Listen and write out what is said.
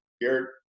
Garrett